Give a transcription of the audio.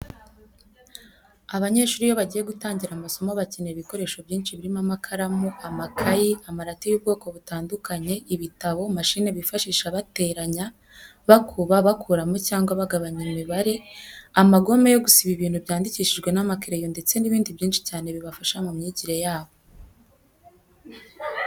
Abanyeshuri iyo bagiye gutangira masomo bakenera ibikoresho byinshi birimo amakaramu, amakayi, amarati y'ubwoko butandukanye, ibitabo, mashine bifashisha bateranya, bakuba, bakuramo cyangwa bagabanya imibare, amagome yo gusiba ibintu byandikishijwe n'amakereyo ndetse n'ibindi byinshi cyane bibafasha mu myigire yabo.